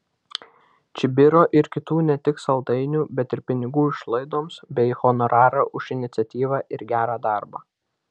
čibiro ir kitų ne tik saldainių bet ir pinigų išlaidoms bei honorarą už iniciatyvą ir gerą darbą